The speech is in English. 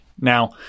Now